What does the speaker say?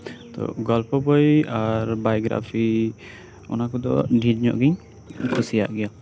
ᱛᱚ ᱜᱚᱞᱯᱚ ᱵᱳᱭ ᱳᱨ ᱵᱟᱭᱳᱜᱨᱟᱯᱷᱤ ᱚᱱᱟ ᱠᱚᱫᱚ ᱰᱷᱮᱨ ᱧᱚᱜ ᱜᱤᱧ ᱠᱩᱥᱤᱭᱟᱜ ᱜᱮᱭᱟ